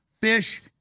fish